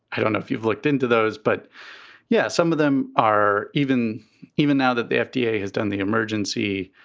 i don't know if you've looked into those, but yeah, some of them are even even now that the fda has done the emergency.